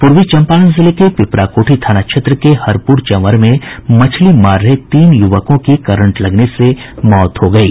पूर्वी चंपारण जिले के पीपराकोठी थाना क्षेत्र के हरपुर चंवर में मछली मार रहे तीन युवकों की करंट लगाने से मौत हो गयी